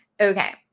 Okay